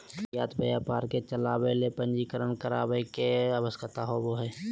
निर्यात व्यापार के चलावय ले पंजीकरण करावय के आवश्यकता होबो हइ